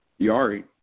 Yari